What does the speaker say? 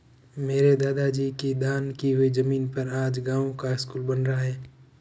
मेरे दादाजी की दान की हुई जमीन पर आज गांव का स्कूल बन रहा है